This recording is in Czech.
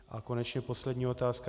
A konečně poslední otázka.